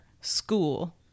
school